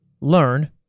Learn